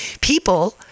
People